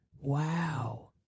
Wow